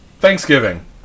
Thanksgiving